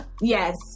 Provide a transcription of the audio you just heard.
yes